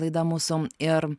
laida mūsų ir